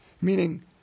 meaning